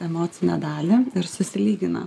emocinę dalį ir susilygina